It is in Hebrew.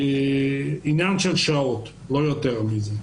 עניין של שעות, לא יותר מזה.